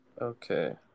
Okay